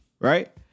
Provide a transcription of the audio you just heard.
right